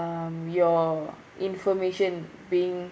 um your information being